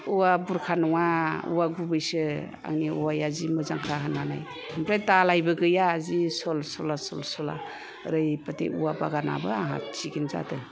औवा बुरखा नङा औवा गुबैसो आंनि औवाया जि मोजांखा होननानै आमफ्राय दालायबो गैया जि सलचला सलचला ओरैबादि औवा बागानाबो आंहा थिगानो जादों